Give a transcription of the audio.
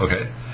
Okay